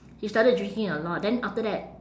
he started drinking a lot then after that